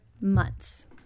months